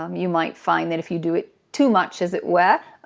um you might find that if you do it too much, as it were,